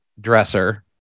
dresser